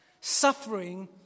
Suffering